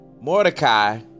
Mordecai